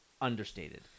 understated